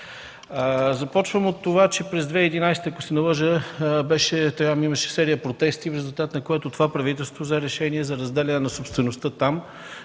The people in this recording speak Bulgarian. Започвам от това, че през 2011 г., ако не се лъжа, имаше серия протести, в резултат на което това правителство взе решение за разделяне на собствеността там